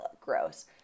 gross